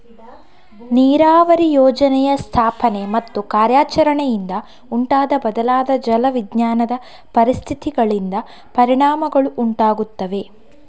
ನೀರಾವರಿ ಯೋಜನೆಯ ಸ್ಥಾಪನೆ ಮತ್ತು ಕಾರ್ಯಾಚರಣೆಯಿಂದ ಉಂಟಾದ ಬದಲಾದ ಜಲ ವಿಜ್ಞಾನದ ಪರಿಸ್ಥಿತಿಗಳಿಂದ ಪರಿಣಾಮಗಳು ಉಂಟಾಗುತ್ತವೆ